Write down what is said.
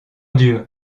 dieu